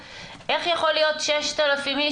איך יכול להיות 6,000 איש,